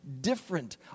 different